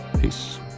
peace